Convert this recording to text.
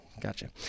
gotcha